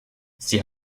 sie